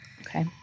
Okay